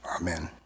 Amen